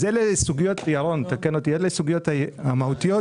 אלה הסוגיות המהותיות.